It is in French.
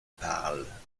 parle